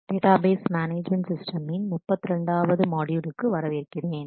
database management சிஸ்டமின் 32 ஆவது மாட்யூலுக்கு வரவேற்கிறேன்